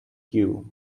cue